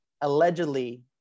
allegedly